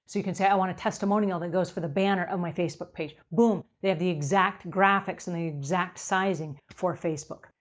so you can say, i want a testimonial that goes for the banner on my facebook page. boom. they have the exact graphics and the exact sizing for facebook.